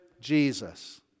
Jesus